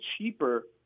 cheaper